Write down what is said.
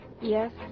Yes